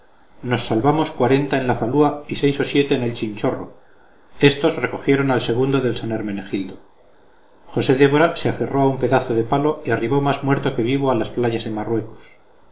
nos salvamos cuarenta en la falúa y seis o siete en el chinchorro éstos recogieron al segundo del san hermenegildo josé débora se aferró a un pedazo de palo y arribó más muerto que vivo a las playas de marruecos